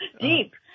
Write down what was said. Deep